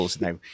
now